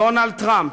דונלד טראמפ,